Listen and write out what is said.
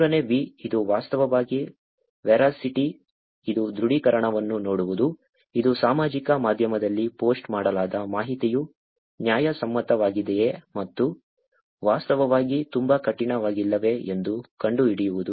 ಮೂರನೇ V ಇದು ವಾಸ್ತವವಾಗಿ ವೆರಾಸಿಟಿ ಇದು ದೃಢೀಕರಣವನ್ನು ನೋಡುವುದು ಇದು ಸಾಮಾಜಿಕ ಮಾಧ್ಯಮದಲ್ಲಿ ಪೋಸ್ಟ್ ಮಾಡಲಾದ ಮಾಹಿತಿಯು ನ್ಯಾಯಸಮ್ಮತವಾಗಿದೆಯೇ ಮತ್ತು ವಾಸ್ತವವಾಗಿ ತುಂಬಾ ಕಠಿಣವಾಗಿಲ್ಲವೇ ಎಂದು ಕಂಡುಹಿಡಿಯುವುದು